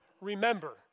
Remember